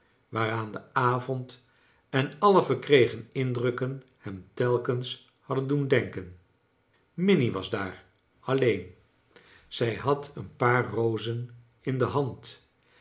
waaraan de avond en alle verkregen indrukken hem telkens hadden doen denken minnie was daar alleen zij had een paar rozen in de hand